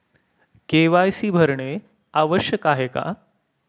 KYC भरणे आवश्यक आहे का?